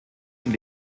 und